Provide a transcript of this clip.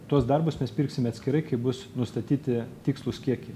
tuos darbus mes pirksime atskirai kai bus nustatyti tikslūs kiekiai